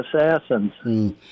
assassins